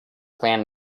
plan